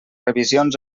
revisions